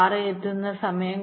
6 എത്തുന്ന സമയം